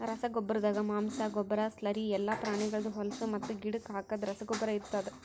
ರಸಗೊಬ್ಬರ್ದಾಗ ಮಾಂಸ, ಗೊಬ್ಬರ, ಸ್ಲರಿ ಎಲ್ಲಾ ಪ್ರಾಣಿಗಳ್ದ್ ಹೊಲುಸು ಮತ್ತು ಗಿಡಕ್ ಹಾಕದ್ ರಸಗೊಬ್ಬರ ಇರ್ತಾದ್